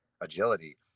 agility